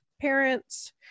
parents